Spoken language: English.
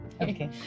okay